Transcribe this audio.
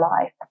life